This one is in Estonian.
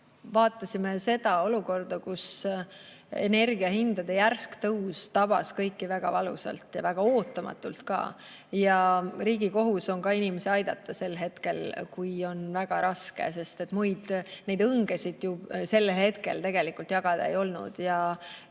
Vaatasime olukorda, kus energiahindade järsk tõus tabas kõiki väga valusalt ja ka väga ootamatult. Riigi kohus on inimesi aidata hetkel, kui [neil] on väga raske, sest neid õngesid ju sel hetkel tegelikult jagada ei olnud.